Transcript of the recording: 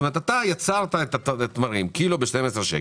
אתה גידלת את התמרים, קילוגרם ב-12 שקלים,